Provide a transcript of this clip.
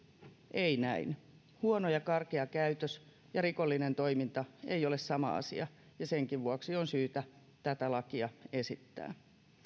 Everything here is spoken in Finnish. ei näin huono ja karkea käytös ja rikollinen toiminta ei ole sama asia ja senkin vuoksi on syytä tätä lakia esittää